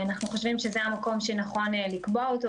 אנחנו חושבים שזה המקום הנכון לקבוע אותו,